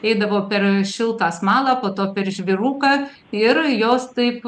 eidavo per šiltą smalą po to per žvyruką ir jos taip